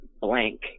blank